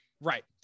Right